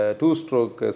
two-stroke